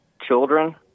children